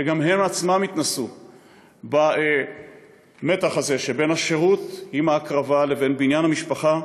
שגם הן עצמן התנסו במתח הזה שבין השירות עם ההקרבה לבין בניין המשפחה,